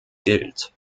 gilt